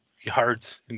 yards